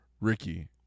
Ricky